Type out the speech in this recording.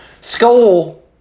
school